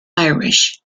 irish